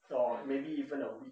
or maybe even a week